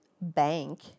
Bank